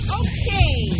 okay